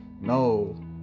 No